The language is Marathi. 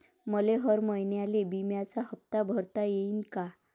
मले हर महिन्याले बिम्याचा हप्ता भरता येईन का?